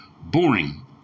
boring